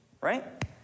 right